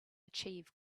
achieve